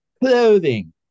clothing